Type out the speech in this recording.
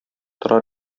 тора